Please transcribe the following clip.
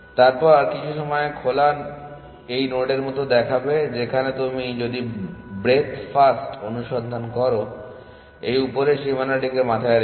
তারপর কিছু সময়ে খোলা এই নোডের মত দেখাবে যেখানে আপনি যদি ব্রেডথ ফার্স্ট অনুসন্ধান করো এই উপরের সীমানাটিকে মাথায় রেখে